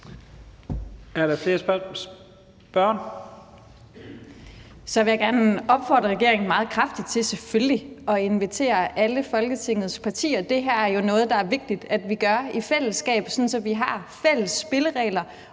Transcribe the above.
Er der et spørgsmål?